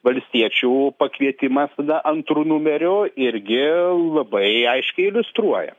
valstiečių pakvietimas tada antru numeriu irgi labai aiškiai iliustruoja